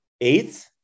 eighth